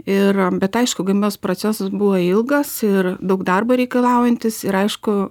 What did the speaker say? ir bet aišku gamybos procesas buvo ilgas ir daug darbo reikalaujantis ir aišku